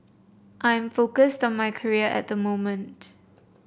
I am focused on my career at moment